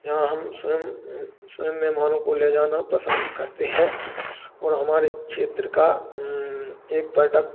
जहाँ हम स्वयं स्वयं मेहमानों के ले जाना पसंद करते हैं और हमारे क्षेत्र का एक पर्यटक